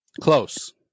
Close